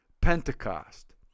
Pentecost